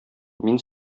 мин